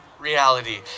reality